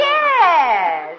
Yes